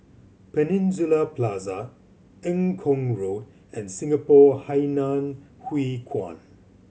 Peninsula Plaza Eng Kong Road and Singapore Hainan Hwee Kuan